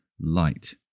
light